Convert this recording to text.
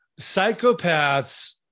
psychopaths